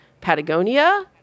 Patagonia